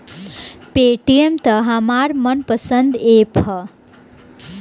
Paytm त हमार मन पसंद ऐप ह